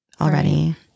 already